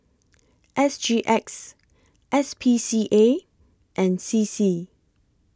S G X S P C A and C C